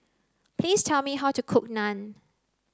please tell me how to cook Naan